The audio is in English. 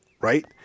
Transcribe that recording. right